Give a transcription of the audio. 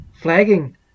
flagging